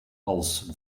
als